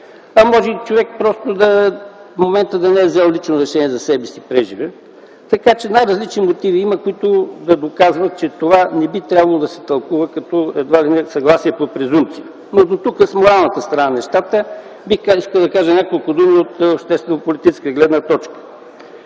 там човек просто да не е взел лично решение за себе си приживе. Има най-различни мотиви, които да доказват, че това не би трябвало да се тълкува като несъгласие по презумпция. Дотук с моралната страна на нещата. Бих искал да кажа няколко думи от обществено-политическа гледна точка.